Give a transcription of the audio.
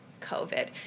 COVID